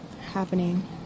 happening